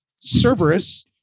Cerberus